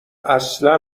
اصلا